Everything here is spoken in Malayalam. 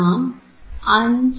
നാം 5